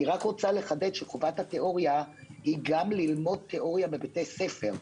אני מחדדת שחובת התיאוריה היא גם ללמוד תיאוריה בבתי ספר.